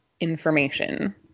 information